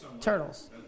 Turtles